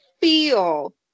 feel